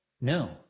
No